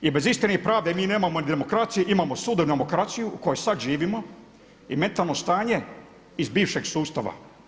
I bez istine i pravde mi nemao ni demokracije, imamo sud i demokraciju u kojoj sad živimo i metalno stanje iz bivšeg sustava.